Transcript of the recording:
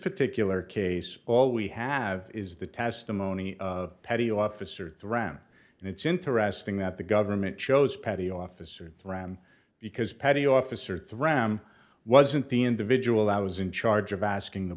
particular case all we have is the testimony of petty officer ran and it's interesting that the government chose petty officer ram because petty officer threat wasn't the individual i was in charge of asking the